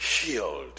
healed